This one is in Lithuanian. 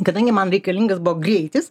kadangi man reikalingas buvo greitis